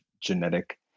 genetic